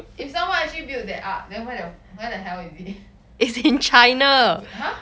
if someone actually build that ark then where the where the hell is it !huh!